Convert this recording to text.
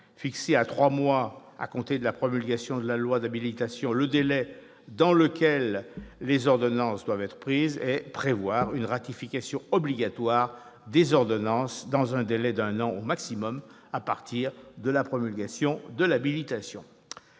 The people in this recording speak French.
fixer à trois mois à compter de la promulgation de la loi d'habilitation le délai dans lequel les ordonnances doivent être prises ; prévoir une ratification obligatoire des ordonnances dans un délai d'un an au maximum à partir de la promulgation de l'habilitation.